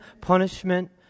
punishment